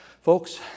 Folks